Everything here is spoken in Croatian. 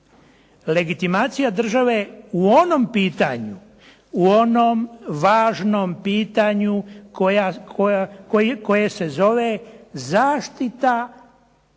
Legitimacija države u onom pitanju, u onom važnom pitanju koje se zove zaštita građanina,